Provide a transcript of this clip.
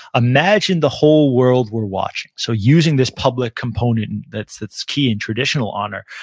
imagine the whole world were watching, so using this public component that's that's key in traditional honor,